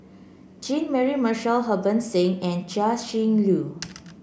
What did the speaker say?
Jean Mary Marshall Harbans Singh and Chia Shi Lu